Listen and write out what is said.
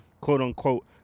quote-unquote